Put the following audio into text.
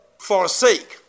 forsake